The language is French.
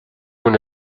mon